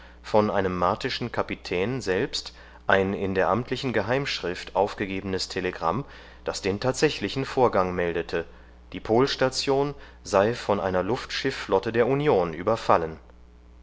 von einem martischen kapitän selbst ein in der amtlichen geheimschrift aufgegebenes telegramm das den tatsächlichen vorgang meldete die polstation sei von einer luftschifflotte der union überfallen